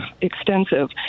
extensive